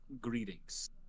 greetings